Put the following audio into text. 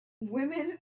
women